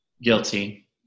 Guilty